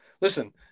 Listen –